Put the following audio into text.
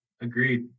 agreed